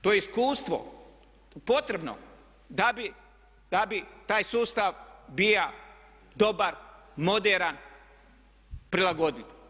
To je iskustvo, potrebno da bi taj sustav bio dobar, moderan, prilagodljiv.